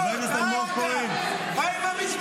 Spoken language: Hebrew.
עודה?